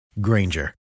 Granger